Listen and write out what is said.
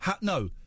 no